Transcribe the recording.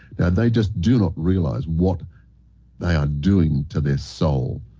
they just do not realize what they are doing to their soul